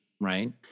right